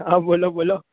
હા બોલો બોલો